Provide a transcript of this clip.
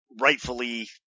rightfully